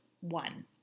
one